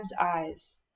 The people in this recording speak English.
eyes